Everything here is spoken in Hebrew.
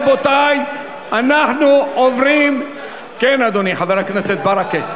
כן, אדוני, חבר הכנסת ברכה.